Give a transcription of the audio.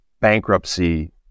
bankruptcy